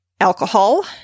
alcohol